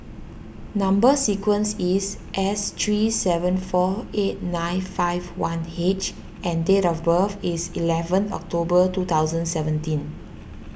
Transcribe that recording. Number Sequence is S three seven four eight nine five one H and date of birth is eleven October two thousand seventeen